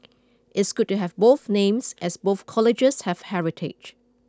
it's good to have both names as both colleges have heritage